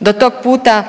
Do tog puta